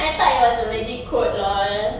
I thought it was a legit quote LOL